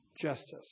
justice